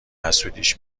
حسودیش